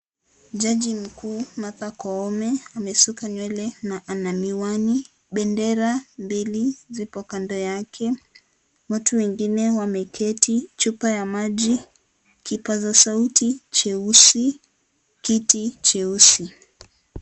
Jaji mkuu; Martha Koome amesuka nywele na ana miwani, bendera mbili zipo kando yake. Watu wengine wameketi; chupa ya maji, kipaza sauti cheusi, kiti cheusi.